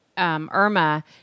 Irma